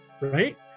right